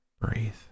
Breathe